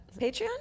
Patreon